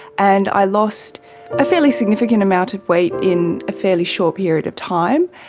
and i lost a fairly significant amount of weight in a fairly short period of time.